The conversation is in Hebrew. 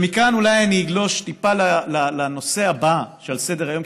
ומכאן אולי אני אגלוש טיפה לנושא הבא שעל סדר-היום,